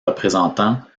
représentants